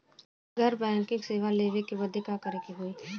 घर बैकिंग सेवा लेवे बदे का करे के होई?